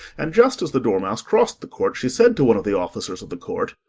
and, just as the dormouse crossed the court, she said to one of the officers of the court,